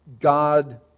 God